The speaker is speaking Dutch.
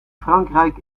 frankrijk